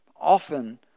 Often